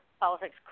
politics